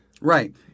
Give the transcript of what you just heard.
Right